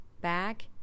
back